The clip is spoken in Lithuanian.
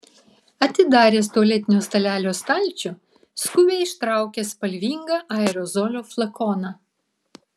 atidaręs tualetinio stalelio stalčių skubiai ištraukė spalvingą aerozolio flakoną